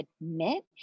admit